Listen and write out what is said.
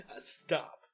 Stop